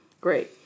Great